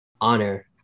honor